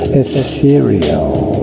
ethereal